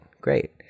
great